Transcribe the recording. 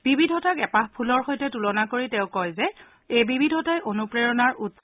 বিবিধতাক এপাহ ফুলৰ সৈতে তুলনা কৰি তেওঁ কয় যে এই বিবিধতাই অনুপ্ৰেৰণাৰ উৎস